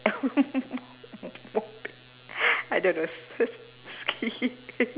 I don't know sky